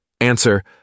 Answer